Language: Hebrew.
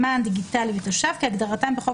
"מען דיגיטלי" ותושב" כהגדרתם בחוק